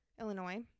Illinois